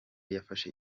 yafashe